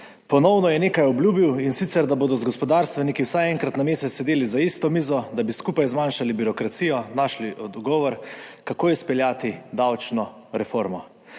Ponovno je nekaj obljubil, in sicer da bodo z gospodarstveniki vsaj enkrat na mesec sedeli za isto mizo, da bi skupaj zmanjšali birokracijo, našli odgovor, kako izpeljati davčno reformo.